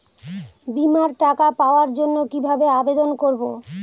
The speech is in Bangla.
বিমার টাকা পাওয়ার জন্য কিভাবে আবেদন করব?